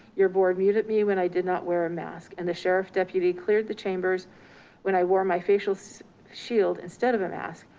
your board muted at me when i did not wear a mask and the sheriff deputy cleared the chambers when i wore my facial so shield, instead of a mask,